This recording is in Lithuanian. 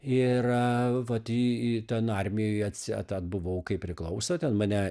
ir vat į į ten armijoj atsi tą atbuvau kaip priklauso ten mane